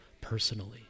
personally